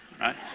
right